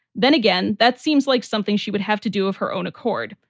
then again, that seems like something she would have to do of her own accord.